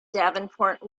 davenport